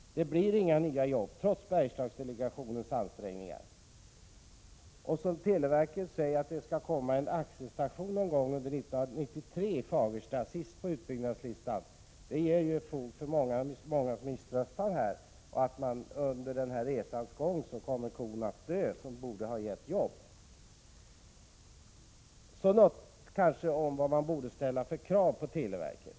Det blir inga nya jobb, trots Bergslagsdelegationens ansträngningar. Att televerket säger att det skall byggas en axelstation i Fagersta någon gång 1993, sist på utbyggnadslistan, ger fog för mångas misströstan i tron att möjligheterna till jobb kommer att försvinna under resans gång. Så något om vilka krav som borde ställas på televerket.